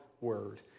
word